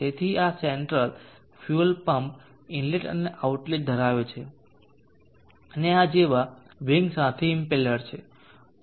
તેથી આ central fuel pump inlet અને આઉટલેટ ધરાવે છે અને આ આ જેવા વિંગ્સ સાથે ઇમ્પેલર છે